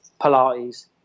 Pilates